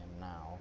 now